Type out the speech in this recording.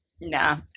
nah